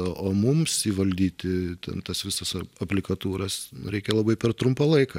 o mums įvaldyti ten tas visas aplikatūras reikia labai per trumpą laiką